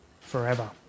forever